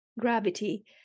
gravity